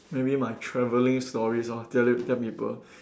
maybe my travelling stories lor tell it tell people